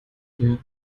dir